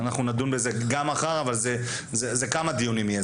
אנחנו נדון בזה גם מחר, יהיו מספר דיונים.